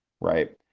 Right